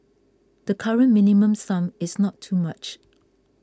the current Minimum Sum is not too much